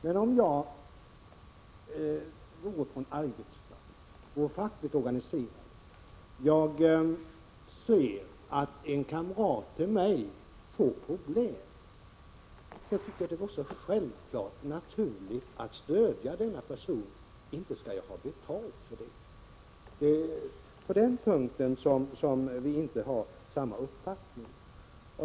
Men om jag vore på en arbetsplats, om jag vore fackligt organiserad och såg att en kamrat till mig fick problem, då vore det självklart och naturligt för mig att stödja denna person. Inte skulle jag ha betalt för det! Det är på den punkten som Gunnar Ström och jag inte har samma uppfattning.